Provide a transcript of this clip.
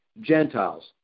Gentiles